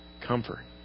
comfort